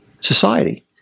society